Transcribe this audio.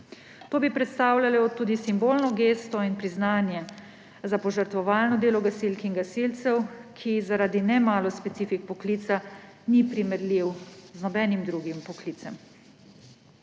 To bi predstavljalo tudi simbolno gesto in priznanje za požrtvovalno delo gasilk in gasilcev, ki zaradi nemalo specifik poklica ni primerljivo z nobenim drugim poklicem.